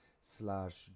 slash